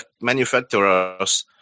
manufacturers